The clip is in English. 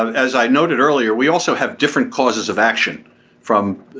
as i noted earlier we also have different causes of action from